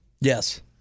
Yes